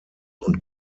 und